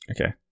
Okay